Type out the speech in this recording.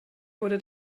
wurde